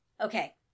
okay